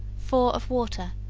four of water,